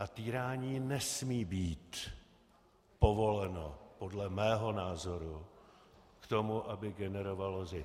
A týrání nesmí být povoleno podle mého názoru k tomu, aby generovalo zisk.